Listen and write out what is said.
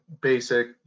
basic